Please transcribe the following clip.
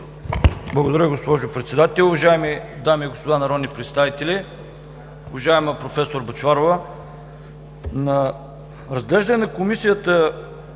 Благодаря, госпожо Председател. Уважаеми дами и господа народни представители! Уважаема проф. Бъчварова, при разглеждане в Комисията